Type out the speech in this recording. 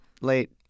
Late